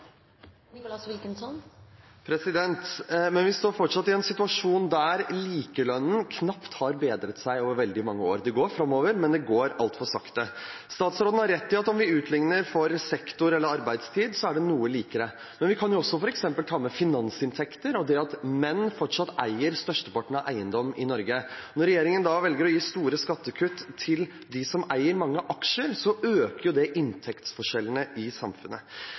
Vi står fortsatt i en situasjon der likelønnen knapt har bedret seg over veldig mange år. Det går framover, men det går altfor sakte. Statsråden har rett i at om vi utligner for sektor eller arbeidstid, er det noe mer likt. Men vi kan jo f.eks. ta med finansinntekter og det at menn fortsatt eier størsteparten av eiendommene i Norge. Når regjeringen velger å gi store skattekutt til dem som eier mange aksjer, øker det inntektsforskjellene i samfunnet.